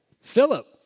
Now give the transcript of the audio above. Philip